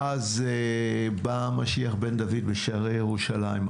-- ואז בא משיח בן דוד בשערי ירושלים.